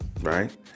right